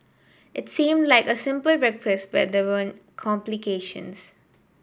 it seemed like a simple request but there were complications